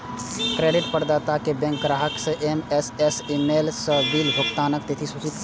credit प्रदाता bank ग्राहक कें एस.एम.एस या ईमेल सं बिल भुगतानक तिथि सूचित करै छै